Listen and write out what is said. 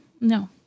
no